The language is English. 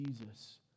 Jesus